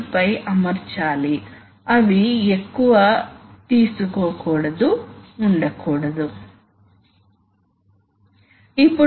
మరియు హైడ్రాలిక్స్ లేదా ఎలక్ట్రిక్ కంటే న్యూమాటిక్స్లో మోషన్ కంట్రోల్ తక్కువ